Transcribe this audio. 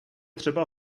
třeba